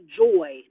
joy